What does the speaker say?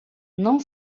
não